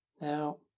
Now